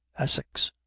essex.